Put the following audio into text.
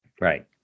Right